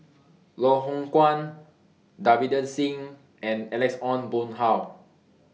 Loh Hoong Kwan Davinder Singh and Alex Ong Boon Hau